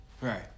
Right